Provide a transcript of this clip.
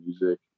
music